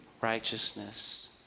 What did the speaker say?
righteousness